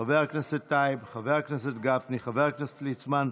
חבר הכנסת טייב, חבר הכנסת גפני, חבר הכנסת ליצמן,